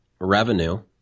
revenue